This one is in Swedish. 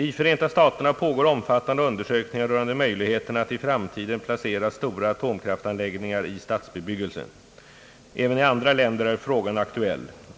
I Förenta staterna pågår omfattande undersökningar rörande möjligheterna att i framtiden placera stora atomkraftanläggningar i stadsbebyggelse. Även i andra länder är frågan aktuell.